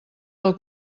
del